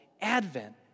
advent